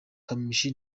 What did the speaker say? kamichi